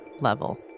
level